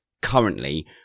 currently